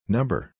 Number